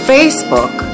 Facebook